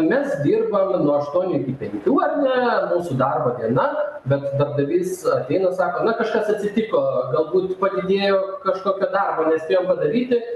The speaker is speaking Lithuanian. mes dirbam nuo aštuonių iki penkių ar ne mūsų darbo diena bet darbdavys ateina ir sako na kažkas atsitiko galbūt padidėjo kažkokio darbo nespėjom padaryti